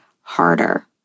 harder